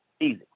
Easy